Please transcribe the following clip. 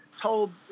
told